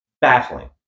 baffling